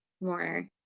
more